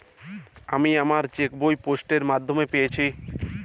আমি আমার chequebook post এর মাধ্যমে পেয়েছি